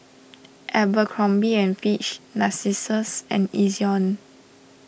Abercrombie and Fitch Narcissus and Ezion